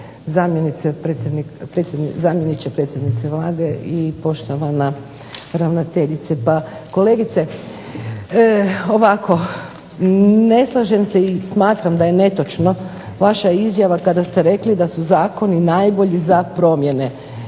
zamjeniče predsjednice Vlade i poštovana ravnateljice. Pa kolegice ovako. Ne slažem se i smatram da je netočno vaša izjava kada ste rekli da su zakoni najbolji za promjene.